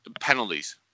penalties